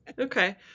Okay